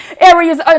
areas